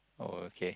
oh okay